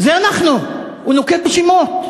זה אנחנו, הוא נוקט שמות.